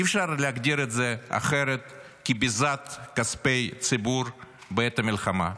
אי-אפשר להגדיר את זה אחרת מביזת כספי ציבור בעת המלחמה.